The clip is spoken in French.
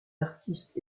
artistes